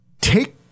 Take